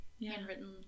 handwritten